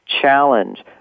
challenge